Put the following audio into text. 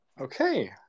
Okay